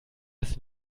das